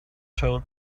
told